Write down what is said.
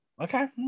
Okay